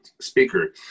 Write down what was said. speaker